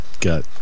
got